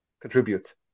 contribute